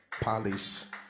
palace